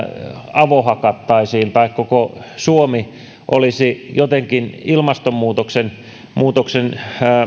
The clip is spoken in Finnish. avohakattaisiin tai koko suomi olisi jotenkin ilmastonmuutoksen